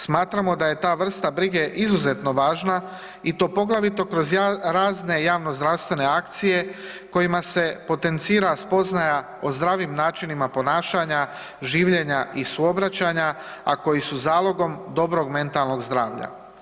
Smatramo da je ta vrsta brige izuzetno važna i to poglavito kroz razne javnozdravstvene akcije kojima se potencira spoznaja o zdravim načinima ponašanja, življenja i suobraćanja, a koji su zalogom dobrog mentalnog zdravlja.